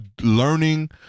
learning